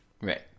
Right